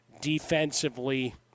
defensively